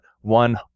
one